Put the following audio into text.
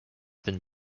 been